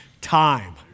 time